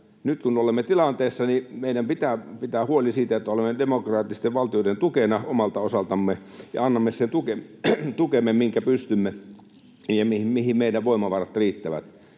Nyt kun olemme tässä tilanteessa, niin meidän pitää pitää huoli siitä, että olemme demokraattisten valtioiden tukena omalta osaltamme, ja annamme sen tukemme, minkä pystymme ja mihin meidän voimavaramme riittävät.